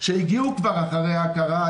שהגיעו כבר אחרי ההכרה,